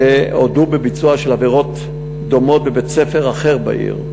והודו בביצוע של עבירות דומות בבית-ספר אחר בעיר.